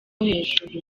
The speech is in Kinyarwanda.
hejuru